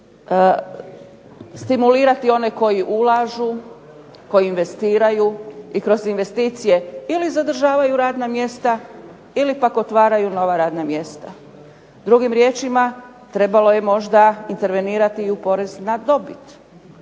stimulirati one koji ulažu, koji investiraju, i kroz investicije ili zadržavaju radna mjesta ili pak otvaraju nova radna mjesta. Drugim riječima trebalo je možda intervenirati i u porez na dobit,